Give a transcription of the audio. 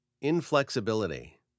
inflexibility